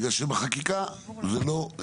בגלל שבחקיקה זה לא,